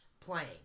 playing